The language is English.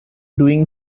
doing